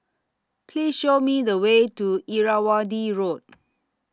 Please Show Me The Way to Irrawaddy Road